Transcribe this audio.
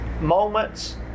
moments